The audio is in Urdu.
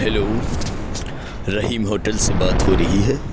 ہیلو رحیم ہوٹل سے بات ہورہی ہے